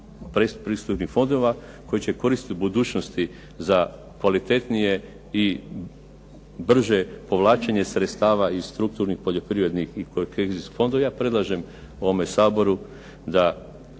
pretpristupnih fondova koji će koristit u budućnosti za kvalitetnije i brže povlačenje sredstava i strukturnih poljoprivrednih …/Govornik se ne razumije./… ja predlažem ovom Saboru da